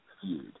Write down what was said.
feud